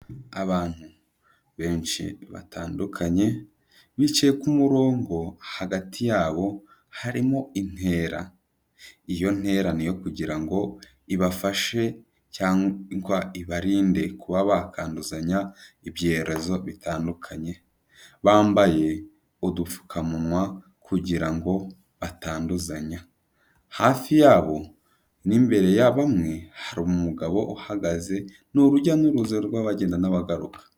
Abantu benshi batandukanye bicaye ku murongo hagati yabo harimo intera, iyo ntera niyo kugira ngo ibafashe cyangwa ibarinde kuba bakanduzanya ibyorezo bitandukanye, bambaye udupfukamunwa kugira ngo batanduzanya, hafi yabo n'imbere ya bamwe hari umugabo uhagaze, ni urujya n'uruza rw'abagenda n'abagaruka.